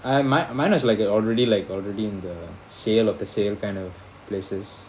I mine mine was like already like already in the sale of the sale kind of places